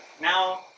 now –